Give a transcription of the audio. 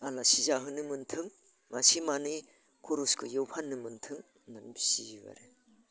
आलासि जाहोनो मोन्थों मासे मानै खरस गैयियाव फाननो मोन्थों होननानै फिसियो आरो